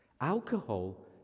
Alcohol